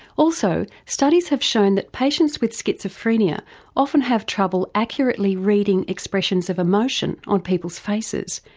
also, studies have shown that patients with schizophrenia often have trouble accurately reading expressions of emotion on people's faces,